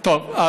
אז